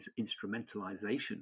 instrumentalization